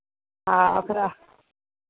आ ओकरा